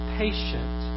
patient